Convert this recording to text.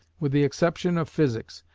with the exception of physics,